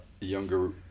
younger